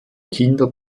kinder